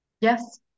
Yes